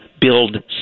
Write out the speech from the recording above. Build